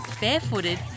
barefooted